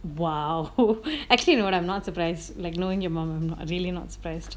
!wow! oh actually you know what I'm not surprised like knowing your mom I'm really not surprised